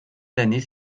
d’années